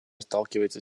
сталкивается